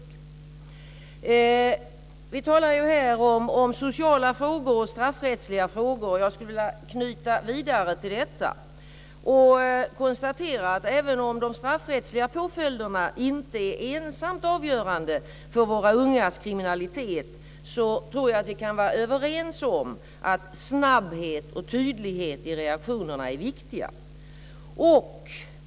Vi talar här om sociala frågor och straffrättsliga frågor. Jag skulle vilja knyta an vidare till detta, och konstatera att även om de straffrättsliga påföljderna inte är ensamt avgörande för våra ungas kriminalitet så tror jag att vi kan vara överens om att snabbhet och tydlighet i reaktionerna är viktiga.